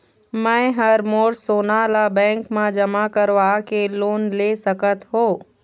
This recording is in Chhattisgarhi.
मैं हर मोर सोना ला बैंक म जमा करवाके लोन ले सकत हो?